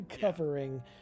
covering